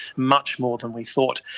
much more than we thought,